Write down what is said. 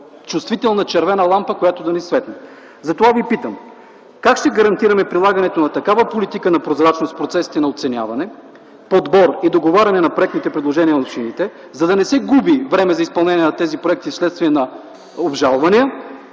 чувствителна червена лампа, която да ни светне. Затова Ви питам: как ще гарантираме прилагането на такава политика на прозрачност процесите на оценяване, подбор и договаряне на проектните предложения на силите, за да не се губи време за изпълнение на тези проекти вследствие на обжалвания?